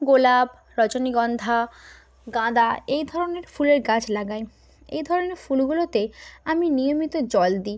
গোলাপ রজনীগন্ধা গাঁদা এই ধরনের ফুলের গাছ লাগাই এই ধরনের ফুলগুলোতে আমি নিয়মিত জল দিই